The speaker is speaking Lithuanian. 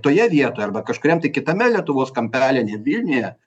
toje vietoje arba kažkuriam tai kitame lietuvos kampelyje ne vilniuje